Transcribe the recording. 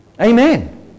Amen